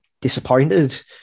disappointed